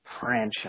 franchise